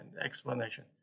explanation